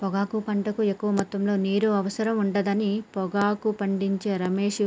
పొగాకు పంటకు ఎక్కువ మొత్తములో నీరు అవసరం ఉండదని పొగాకు పండించే రమేష్